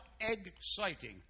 exciting